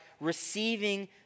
receiving